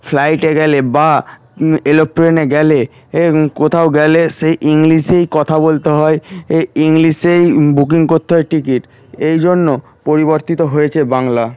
ফ্লাইটে গেলে বা এরোপ্লেনে গেলে এ কোথাও গেলে সেই ইংলিশেই কথা বলতে হয় এ ইংলিশেই বুকিং করতে হয় টিকিট এই জন্য পরিবর্তিত হয়েছে বাংলা